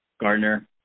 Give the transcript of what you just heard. Gardner